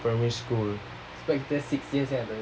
primary school